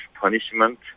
punishment